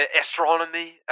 Astronomy